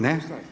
Ne.